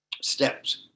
Steps